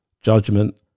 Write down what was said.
judgment